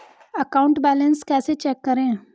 Account balance कैसे check करें?